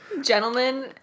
Gentlemen